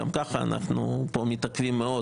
גם ככה אנחנו מתעכבים פה מאוד,